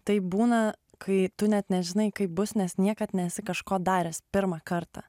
taip būna kai tu net nežinai kaip bus nes niekad nesi kažko daręs pirmą kartą